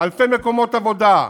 אלפי מקומות עבודה.